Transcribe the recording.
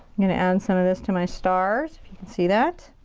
gonna add some of this to my stars. if you can see that.